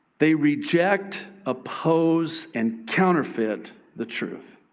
they reject, oppose, and counterfeit the truth.